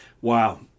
Wow